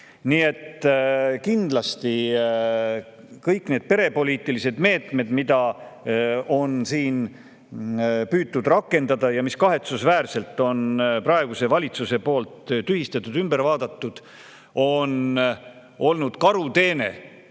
Nii et kindlasti kõik need perepoliitilised meetmed, mida on siin püütud rakendada ja mis kahetsusväärselt on praeguse valitsuse poolt tühistatud, ümber vaadatud, on olnud karuteene